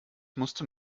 musste